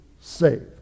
saved